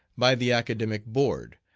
by the academic board,